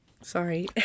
sorry